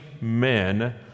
men